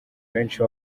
benshi